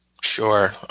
Sure